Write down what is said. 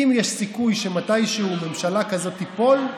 אם יש סיכוי שמתישהו ממשלה כזאת תיפול,